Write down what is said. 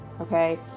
Okay